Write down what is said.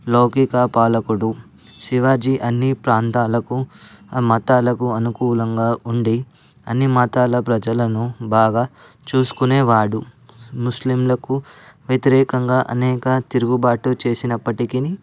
లౌకిక పాలకుడు శివాజీ అన్ని ప్రాంతాలకు ఆ మతాలకు అనుకూలంగా ఉండి అన్ని మతాల ప్రజలను బాగా చూసుకునేవాడు ముస్లింలకు వ్యతిరేకంగా అనేక తిరుగుబాటులు చేసినప్పటికినీ